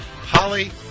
Holly